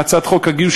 הצעת חוק הגיוס,